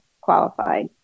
qualified